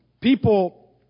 People